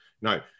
No